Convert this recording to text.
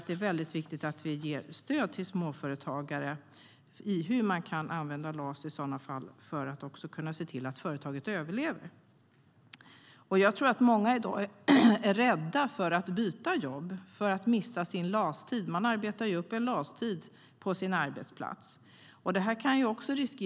Det är därför viktigt att vi ger stöd till småföretagare i hur de kan använda LAS för att se till att företaget överlever. Jag tror att många är rädda för att byta jobb och missa sin LAS-tid. Man arbetar ju upp en LAS-tid på sin arbetsplats.